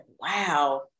wow